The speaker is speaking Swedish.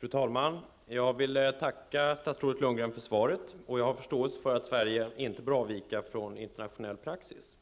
Fru talman! Jag vill tacka statsrådet Lundgren för svaret. Jag har förståelse för att Sverige inte bör avvika från internationel praxis.